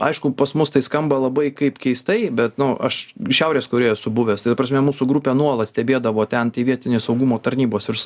aišku pas mus tai skamba labai kaip keistai bet nu aš šiaurės korėjoj esu buvęs ta prasme mūsų grupę nuolat stebėdavo ten tie vietiniai saugumo tarnybos